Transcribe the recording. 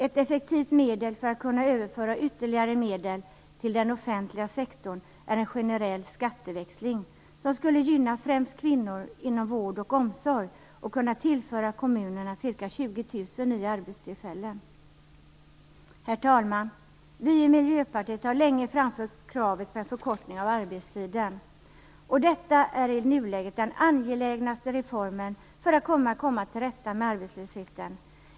Ett effektivt medel för att kunna överföra ytterligare medel till den offentliga sektorn är en generell skatteväxling, som skulle gynna kvinnor inom främst vård och omsorg och kunna tillföra kommunerna ca Herr talman! Vi i Miljöpartiet har länge framfört kravet på en förkortning av arbetstiden. Detta är nu den mest angelägna reformen för att man skall kunna komma till rätta med arbetslösheten.